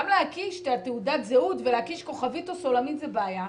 גם להקיש תעודת זהות ולהקיש כוכבית או סולמית זה בעיה.